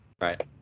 right